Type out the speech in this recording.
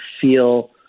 feel